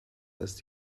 ist